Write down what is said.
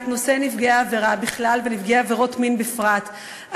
נפגעי עבירה בכלל ונפגעי עבירות מין בפרט.